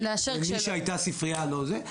למי שהייתה ספריה לא זה.